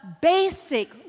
basic